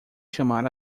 chamar